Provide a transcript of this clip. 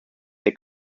they